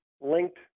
linked